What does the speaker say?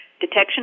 Detection